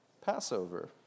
Passover